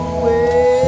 away